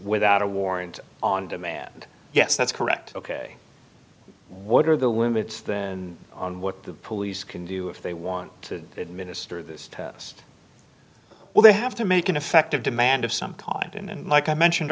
without a warrant on demand yes that's correct ok what are the women it's then on what the police can do if they want to administer this test well they have to make an effective demand of some time and like i mentioned